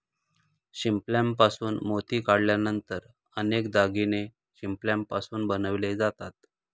शिंपल्यापासून मोती काढल्यानंतर अनेक दागिने शिंपल्यापासून बनवले जातात